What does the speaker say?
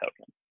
token